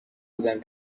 بودم